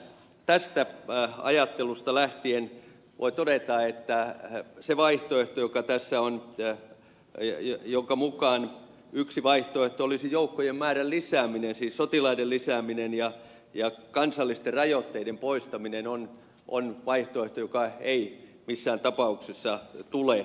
tästä ajattelusta lähtien voi todeta että se vaihtoehto joka tässä on jonka mukaan yksi vaihtoehto olisi joukkojen määrän lisääminen siis sotilaiden lisääminen ja kansallisten rajoitteiden poistaminen on vaihtoehto joka ei missään tapauksessa tule